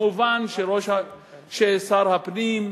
מובן ששר הפנים,